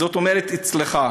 זאת אומרת אצלך,